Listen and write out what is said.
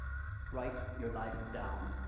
write your life down,